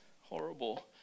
horrible